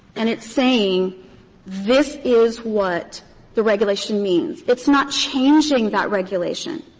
and it's saying this is what the regulation means. it's not changing that regulation,